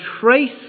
trace